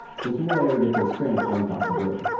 since we only ever get to experience one possibility.